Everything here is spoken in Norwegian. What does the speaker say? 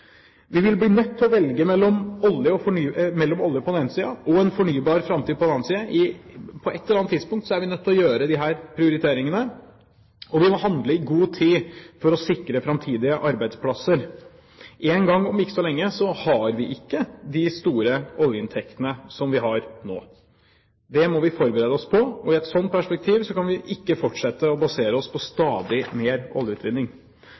Vi vil bli nødt til å velge mellom olje på den ene siden og en fornybar framtid på den andre siden. På ett eller annet tidspunkt er vi nødt til å gjøre disse prioriteringene, og vi må handle i god tid for å sikre framtidige arbeidsplasser. En gang om ikke så lenge har vi ikke de store oljeinntektene som vi har nå. Det må vi forberede oss på. I et slikt perspektiv kan vi ikke fortsette å basere oss på stadig mer oljeutvinning.